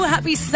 Happy